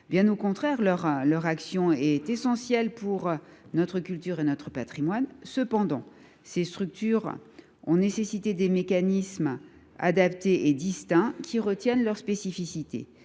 ; au contraire, leur action est essentielle pour notre culture et notre patrimoine. Cependant, ces structures ont besoin de mécanismes adaptés et distincts qui tiennent compte de leurs spécificités.